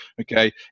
Okay